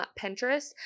Pinterest